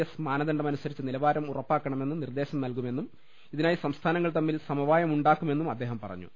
S മാനദണ്ഡമനുസരിച്ച് നിലവാരം ഉറപ്പാക്കണമെന്ന് നിർദേശം നൽകുമെന്നും ഇതിനായി സംസ്ഥാനങ്ങൾ തമ്മിൽ സമ വായം ഉണ്ടാക്കുമെന്നും അദ്ദേഹം പറഞ്ഞു